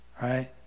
Right